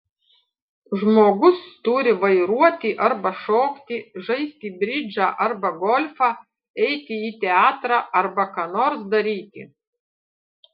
žmogus turi vairuoti arba šokti žaisti bridžą arba golfą eiti į teatrą arba ką nors daryti